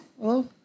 Hello